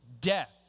death